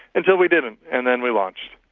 until we didn't and then we launched.